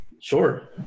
Sure